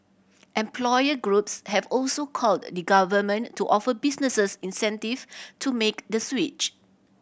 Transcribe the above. employer groups have also called the Government to offer businesses incentive to make the switch